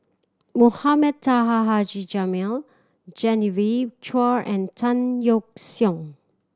Mohamed Taha Haji Jamil Genevieve Chua and Tan Yeok Seong